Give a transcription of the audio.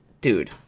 dude